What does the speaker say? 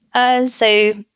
as so,